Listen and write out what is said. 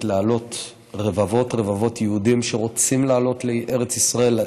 להעלות רבבות רבבות יהודים שרוצים לעלות לארץ ישראל.